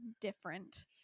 different